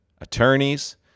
attorneys